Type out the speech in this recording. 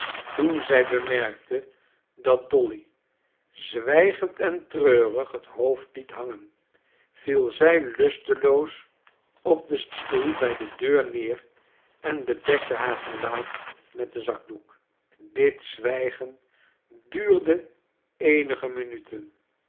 toen zij bemerkte dat dolly zwijgend en treurig het hoofd liet hangen viel zij lusteloos op den stoel bij de deur neer en bedekte haar gelaat met den zakdoek dit zwijgen duurde eenige minuten